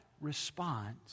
response